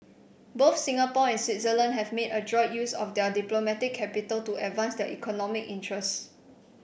both Singapore and Switzerland have made adroit use of their diplomatic capital to advance their economic interests